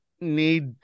need